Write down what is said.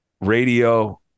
radio